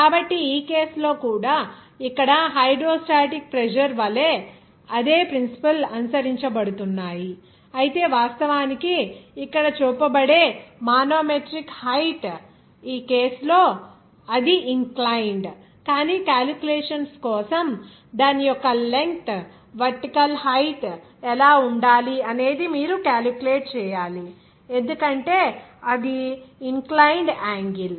కాబట్టి ఈ కేసు లో కూడా ఇక్కడ హైడ్రోస్టాటిక్ ప్రెజర్ వలె అదే ప్రిన్సిపల్స్ అనుసరించ బడుతున్నాయి అయితే వాస్తవానికి ఇక్కడ చూపబడే మానోమెట్రిక్ హైట్ ఈ కేసు లో అది ఇన్ క్లయిన్ద్ కానీ క్యాలిక్యులేషన్ కోసం దాని యొక్క లెంగ్త్ వర్టికల్ హైట్ ఎలా ఉండాలి అనేది మీరు క్యాలిక్యులేట్ చేయాలి ఎందుకంటే అది ఇన్ క్లయిన్ద్ యాంగిల్